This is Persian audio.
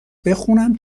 بخونم